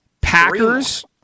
Packers